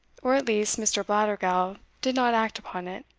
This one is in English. or at least, mr. blattergowl did not act upon it,